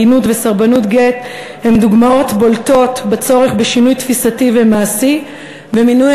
עגינות וסרבנות גט הן דוגמאות בולטות לצורך בשינוי תפיסתי ומעשי במינוי